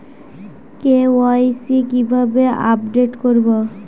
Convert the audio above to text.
KYC কিভাবে update করব?